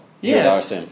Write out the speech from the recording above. Yes